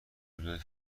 رویداد